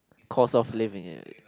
cost of living